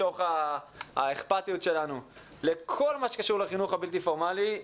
מתוך האכפתיות שלנו לכל מה שקשור לחינוך הבלתי פורמלי,